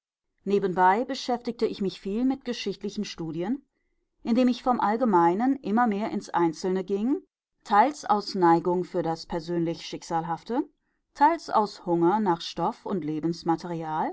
nebenbei beschäftigte ich mich viel mit geschichtlichen studien indem ich vom allgemeinen immer mehr ins einzelne ging teils aus neigung für das persönlich schicksalhafte teils aus hunger nach stoff und